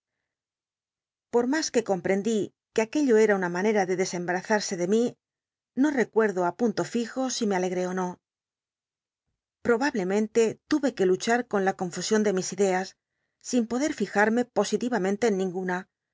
por mas que comprendí que aquello era una manet a de desembarazarse de mi no recuerdo ptmlo fijo si me alegté ó no probablemente tu c que luchar con la confusion de mis ideas sin poder fijarme positivamente en ninguna